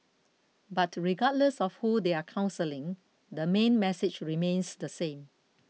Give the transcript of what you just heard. but regardless of who they are counselling the main message remains the same